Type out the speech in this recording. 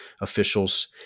officials